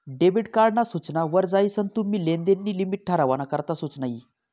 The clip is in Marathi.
डेबिट कार्ड ना सूचना वर जायीसन तुम्ही लेनदेन नी लिमिट ठरावाना करता सुचना यी